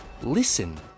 listen